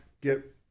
get –